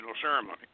ceremony